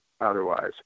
otherwise